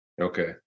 Okay